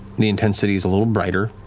the intensity's a little brighter.